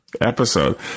episode